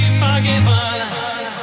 forgiven